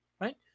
right